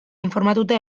informatuta